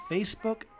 Facebook